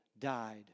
died